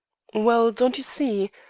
well, don't you see,